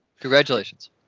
Congratulations